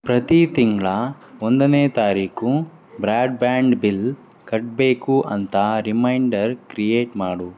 ಪ್ರತಿ ತಿಂಗಳ ಒಂದನೇ ತಾರೀಕು ಬ್ರಾಡ್ಬ್ಯಾಂಡ್ ಬಿಲ್ ಕಟ್ಟಬೇಕು ಅಂತ ರಿಮೈಂಡರ್ ಕ್ರಿಯೇಟ್ ಮಾಡು